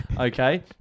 Okay